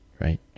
right